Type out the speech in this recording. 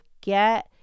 get